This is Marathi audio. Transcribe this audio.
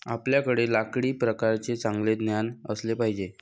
आपल्याकडे लाकडी प्रकारांचे चांगले ज्ञान असले पाहिजे